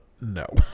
no